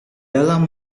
dalam